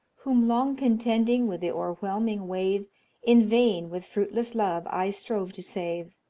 whom long contending with the o'erwhelming wave in vain with fruitless love i strove to save.